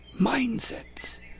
mindsets